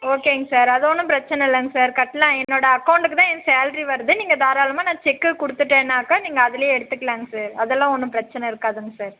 ஓகேங்க சார் அது ஒன்றும் பிரச்சனை இல்லைங்க சார் கட்டலாம் என்னோட அக்கௌண்ட்டுக்கு தான் என் சேலரி வருது நீங்கள் தாராளமாக நான் செக்கை கொடுத்துட்டேன்னாக்கா நீங்கள் அதுலேயே எடுத்துக்கலாம்ங்க சார் அதெல்லாம் ஒன்றும் பிரச்சனை இருக்காதுங்க சார்